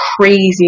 crazy